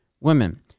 Women—